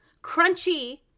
Crunchy